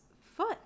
foot